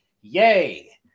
yay